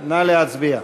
נא להצביע.